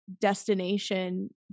destination